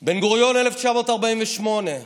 בן-גוריון, 1948: